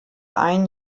ein